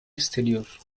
exterior